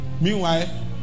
Meanwhile